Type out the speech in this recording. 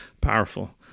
powerful